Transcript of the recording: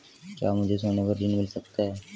क्या मुझे सोने पर ऋण मिल सकता है?